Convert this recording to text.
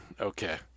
Okay